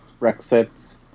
Brexit